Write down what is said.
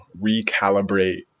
recalibrate